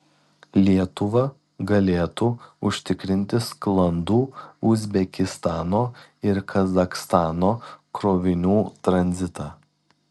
lietuva galėtų užtikrinti sklandų uzbekistano ir kazachstano krovinių tranzitą